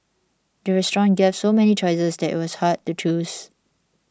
the restaurant gave so many choices that it was hard to choose